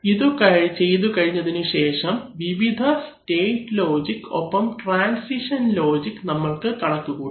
ഇത് ചെയ്തു കഴിഞ്ഞതിനു ശേഷം വിവിധ സ്റ്റേറ്റ് ലോജിക് ഒപ്പം ട്രാൻസിഷൻ ലോജിക് നമ്മൾക്ക് കണക്കുകൂട്ടാം